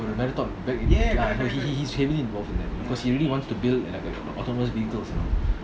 the marathon back in he he he's heavily involved in that because he really wants to build an like like autonomous vehicles you know